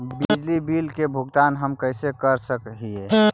बिजली बिल के भुगतान हम कैसे कर सक हिय?